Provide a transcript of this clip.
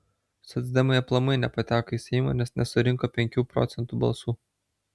socdemai aplamai nepateko į seimą nes nesurinko penkių procentų balsų